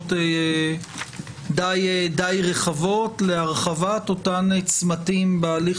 הסכמות די רחבות להרחבת אותם צמתים בהליך